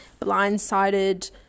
blindsided